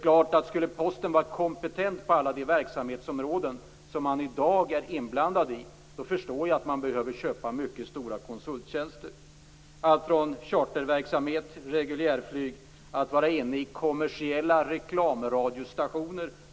Skall man inom Posten vara kompetent på alla de verksamhetsområden som man i dag är inblandad i förstår jag att man behöver köpa mycket omfattande konsulttjänster. Det gäller allt från charterverksamhet och reguljärflyg till delägande i kommersiella reklamradiostationer.